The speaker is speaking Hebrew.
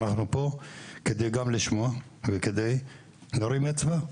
אנחנו פה גם כדי לשמוע וגם כדי להרים אצבע,